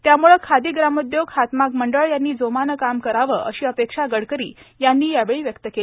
त्यामुळे खादी ग्रामोदयोग हातमाग मंडळ यांनी जोमाने काम करावे अशी अपेक्षा गडकरी यांनी यावेळी व्यक्त केली